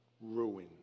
ruin